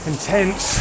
intense